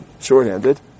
shorthanded